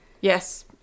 Yes